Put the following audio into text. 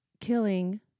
killing